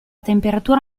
temperatura